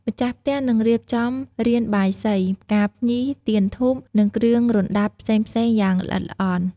ម្ចាស់ផ្ទះនឹងរៀបចំរានបាយសី ផ្កាភ្ញី ទៀនធូប និងគ្រឿងរណ្ដាប់ផ្សេងៗយ៉ាងល្អិតល្អន់។